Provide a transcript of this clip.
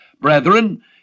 Brethren